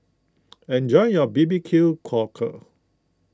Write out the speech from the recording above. enjoy your B B Q Cockle